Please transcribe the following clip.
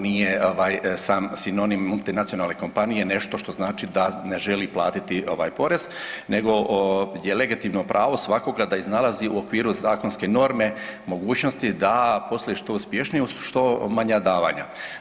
Nije sam sinonim multinacionalne kompanije nešto što znači da ne želi platiti porez, nego je legitimno pravo svakoga da iznalazi u okviru zakonske norme mogućnosti da posluje što uspješnije uz što manja davanja.